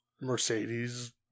Mercedes